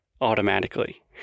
automatically